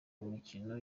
mikino